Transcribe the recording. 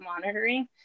monitoring